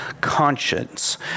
conscience